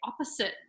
opposite